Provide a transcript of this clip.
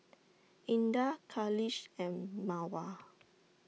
Indah Khalish and Mawar